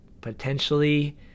potentially